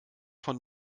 von